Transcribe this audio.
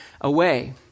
away